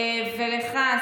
לך,